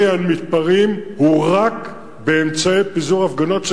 הוא רק באמצעים לפיזור הפגנות.